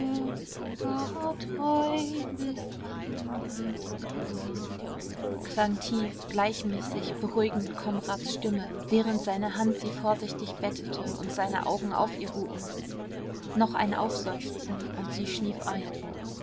klang tief gleichmäßig beruhigend konrads stimme während seine hand sie vorsichtig bettete und seine augen auf ihr ruhten noch ein aufseufzen und sie schlief ein